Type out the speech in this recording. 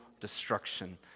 destruction